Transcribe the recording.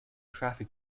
traffic